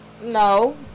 No